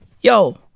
yo